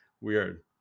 weird